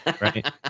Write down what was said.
Right